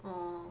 orh